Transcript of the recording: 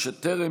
לפיכך,